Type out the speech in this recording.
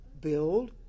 Build